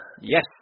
Yes